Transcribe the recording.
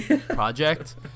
project